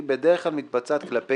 היא בדרך כלל מתבצעת כלפי